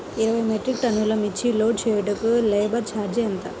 ఇరవై మెట్రిక్ టన్నులు మిర్చి లోడ్ చేయుటకు లేబర్ ఛార్జ్ ఎంత?